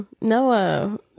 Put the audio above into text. Noah